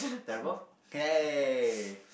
terrible aye